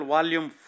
Volume